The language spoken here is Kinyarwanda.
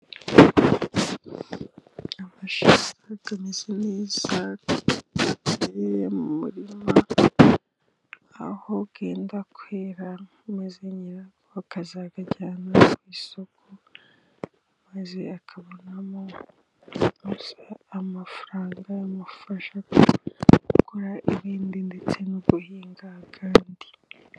Amashaza ameze neza mu murima, aho yenda kwera maze nyirayo akazayajyana ku isoko, maze akabonamo amafaranga yamufasha gukora ibindi ndetse no guhinga ayandi.